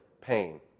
pain